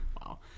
wow